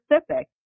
specific